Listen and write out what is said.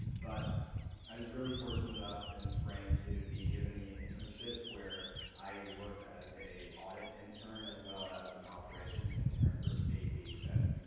but i was really fortunate enough in the spring to be given the internship where i worked as a audit intern as well as an operations intern for eight weeks and